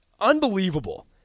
Unbelievable